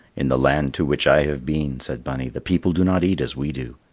in the land to which i have been, said bunny, the people do not eat as we do.